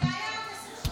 זה היה עוד עשר שניות.